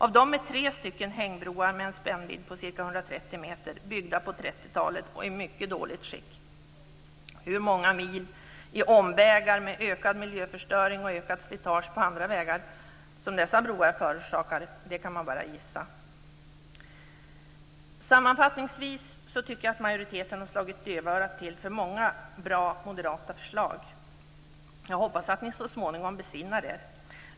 Av dessa är tre hängbroar med spännvidd på ca 130 Hur många mil i omvägar, med ökad miljöförstöring och ökat slitage på andra vägar, som dessa broar förorsakar kan man bara gissa. Sammanfattningsvis tycker jag att majoriteten har slagit dövörat till för många bra moderata förslag. Jag hoppas ni så småningom besinnar er.